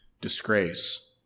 disgrace